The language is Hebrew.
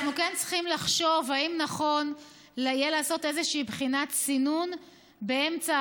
אנחנו כן צריכים לחשוב אם נכון יהיה לעשות איזושהי בחינת סינון באמצע,